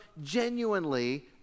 genuinely